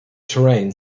terrain